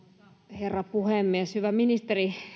herra puhemies hyvä ministeri